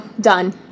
done